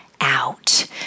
out